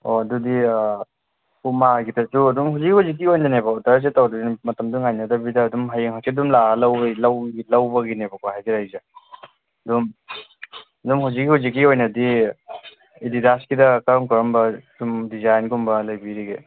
ꯑꯣ ꯑꯗꯨꯗꯤ ꯄꯨꯃꯥꯒꯤꯗꯁꯨ ꯑꯗꯨꯝ ꯍꯧꯖꯤꯛ ꯍꯧꯖꯤꯛꯀꯤ ꯑꯣꯏꯅꯅꯦꯀꯣ ꯑꯣꯗꯔꯁꯦ ꯇꯧꯗꯣꯏꯅꯦ ꯃꯇꯝꯗꯣ ꯉꯥꯏꯅꯗꯕꯤꯗ ꯑꯗꯨꯝ ꯍꯌꯦꯡ ꯍꯥꯡꯆꯤꯠ ꯑꯗꯨꯝ ꯂꯥꯛꯑ ꯂꯧꯕꯒꯤꯅꯦꯕꯀꯣ ꯍꯥꯏꯖꯔꯛꯏꯁꯦ ꯑꯗꯨꯝ ꯑꯗꯨꯝ ꯍꯧꯖꯤꯛ ꯍꯧꯖꯤꯛꯀꯤ ꯑꯣꯏꯅꯗꯤ ꯑꯦꯗꯤꯗꯥꯁꯀꯤꯗ ꯀꯔꯝ ꯀꯔꯝꯕ ꯁꯨꯝ ꯗꯤꯖꯥꯏꯟꯒꯨꯝꯕ ꯂꯩꯕꯤꯔꯤꯒꯦ